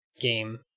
game